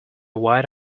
wide